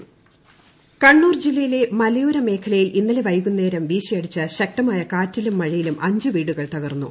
കണ്ണൂർ നാശനഷ്ടം കണ്ണൂർ ജില്ലയിലെ മലയോര മേഖലയിൽ ഇന്നലെ വൈകുന്നേരം വീശിയടിച്ച ശക്തമായ കാറ്റിലും മഴയിലും അഞ്ച് വീടുകൾ തകർന്നു